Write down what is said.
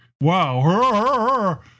Wow